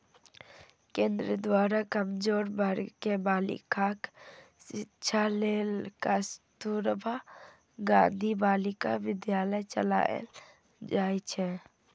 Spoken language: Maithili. केंद्र द्वारा कमजोर वर्ग के बालिकाक शिक्षा लेल कस्तुरबा गांधी बालिका विद्यालय चलाएल जाइ छै